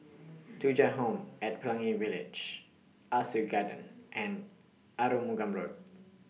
Thuja Home At Pelangi Village Ah Soo Garden and Arumugam Road